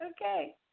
Okay